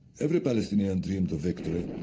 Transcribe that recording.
every palestinian dreamed of victory.